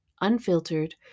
unfiltered